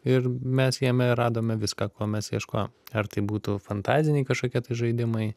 ir mes jame radome viską ko mes ieškojom ar tai būtų fantaziniai kažkokie tai žaidimai